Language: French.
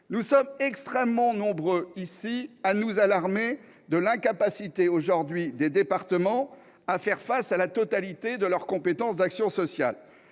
Nous sommes très nombreux ici à nous alarmer de l'incapacité des départements à assumer la totalité de leurs compétences d'action sociale.